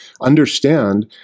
understand